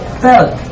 felt